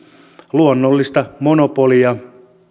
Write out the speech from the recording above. luonnollistakin monopolia